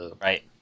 Right